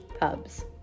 pubs